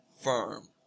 firm